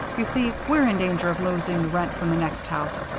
you see, we're in danger of losing the rent from the next house,